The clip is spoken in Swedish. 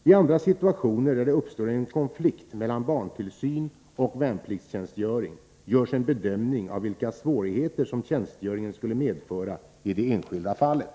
I andra situationer där det uppstår en konflikt mellan barntillsyn och värnpliktstjänstgöring görs en bedömning av vilka svårigheter som tjänstgöringen skulle medföra i det enskilda fallet.